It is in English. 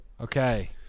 Okay